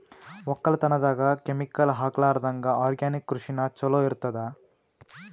ಒಕ್ಕಲತನದಾಗ ಕೆಮಿಕಲ್ ಹಾಕಲಾರದಂಗ ಆರ್ಗ್ಯಾನಿಕ್ ಕೃಷಿನ ಚಲೋ ಇರತದ